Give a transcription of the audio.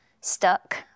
stuck